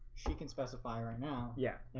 she can specify right now. yeah,